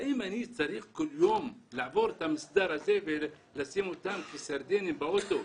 האם אני צריך כל יום לעבור את המסדר הזה ולשים אותם כסרדינים באוטו?